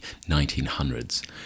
1900s